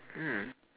mm